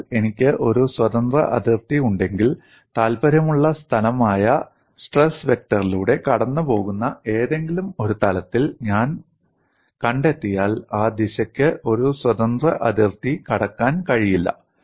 അതിനാൽ എനിക്ക് ഒരു സ്വതന്ത്ര അതിർത്തി ഉണ്ടെങ്കിൽ താൽപ്പര്യമുള്ള സ്ഥലമായ സ്ട്രെസ് വെക്റ്ററിലൂടെ കടന്നുപോകുന്ന ഏതെങ്കിലും ഒരു തലത്തിൽ ഞാൻ കണ്ടെത്തിയാൽ ആ ദിശയ്ക്ക് ഒരു സ്വതന്ത്ര അതിർത്തി കടക്കാൻ കഴിയില്ല